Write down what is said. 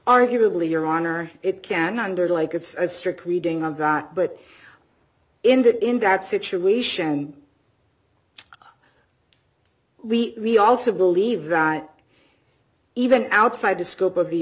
arguably your honor it can under like it's a strict reading of that but in that in that situation we also believe that even outside the scope of the